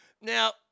Now